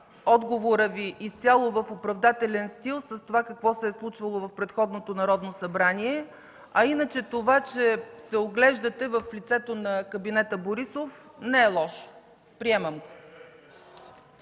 отговора Ви изцяло в оправдателен стил с това какво се е случвало в предходното Народно събрание, а иначе това, че се оглеждате в лицето на кабинета Борисов, не е лошо, приемам.